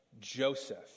Joseph